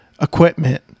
equipment